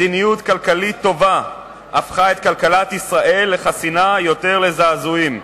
מדיניות כלכלית טובה הפכה את כלכלת ישראל לחסינה יותר לזעזועים.